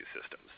systems